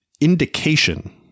indication